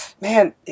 man